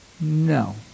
No